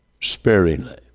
sparingly